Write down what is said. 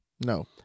no